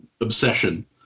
obsession